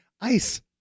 ice